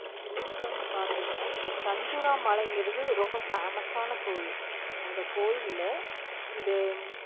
எங்கள் ஊரில் வந்து பார்த்தீங்கன்னா இந்த சஞ்சுரா மலைங்கிறது ரொம்ப ஃபேமஸான கோவில் அந்த கோவில்ல இந்த